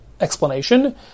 explanation